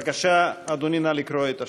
בבקשה, אדוני, נא לקרוא את השאילתה.